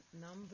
number